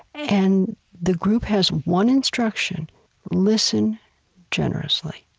and the group has one instruction listen generously.